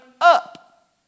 up